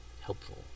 helpful